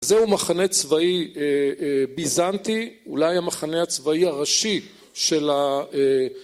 זהו מחנה צבאי ביזנטי אולי המחנה הצבאי הראשי של